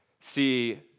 see